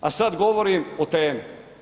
A sad govorim o temi.